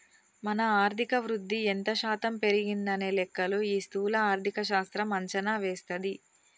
మన ఆర్థిక వృద్ధి ఎంత శాతం పెరిగిందనే లెక్కలు ఈ స్థూల ఆర్థిక శాస్త్రం అంచనా వేస్తది